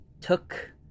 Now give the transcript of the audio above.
took